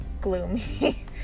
gloomy